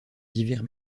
divers